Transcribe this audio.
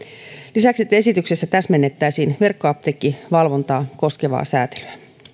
lisäksi esityksessä täsmennettäisiin verkkoapteekkivalvontaa koskevaa sääntelyä